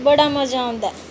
बड़ा मज़ा औंदा ऐ